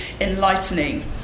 enlightening